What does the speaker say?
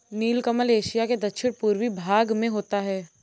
नीलकमल Asia के दक्षिण पूर्वी भाग में होता है